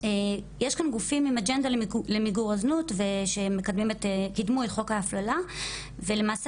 יש כאן גופים עם אג'נדה למיגור הזנות ושקידמו את חוק ההפללה ולמעשה